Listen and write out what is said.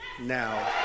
now